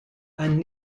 and